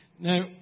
Now